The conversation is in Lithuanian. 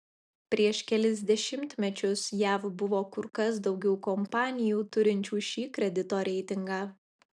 prieš kelis dešimtmečius jav buvo kur kas daugiau kompanijų turinčių šį kredito reitingą